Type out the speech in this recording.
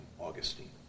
Augustine